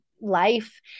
life